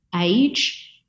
age